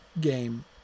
game